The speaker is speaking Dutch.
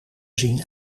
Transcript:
zien